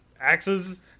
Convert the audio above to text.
axes